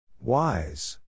Wise